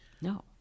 No